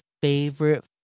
favorite